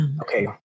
okay